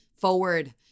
forward